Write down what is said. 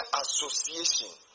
association